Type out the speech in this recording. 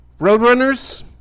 Roadrunners